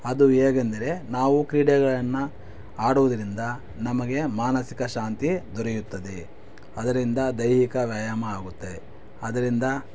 ಅದು ಹೇಗೆಂದರೆ ನಾವು ಕ್ರೀಡೆಗಳನ್ನು ಆಡೋದ್ರಿಂದ ನಮಗೆ ಮಾನಸಿಕ ಶಾಂತಿ ದೊರೆಯುತ್ತದೆ ಅದರಿಂದ ದೈಹಿಕ ವ್ಯಾಯಾಮ ಆಗುತ್ತೆ ಅದರಿಂದ